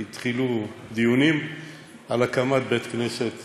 כי התחילו דיונים על הקמת בית-הכנסת